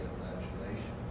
imagination